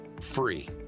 free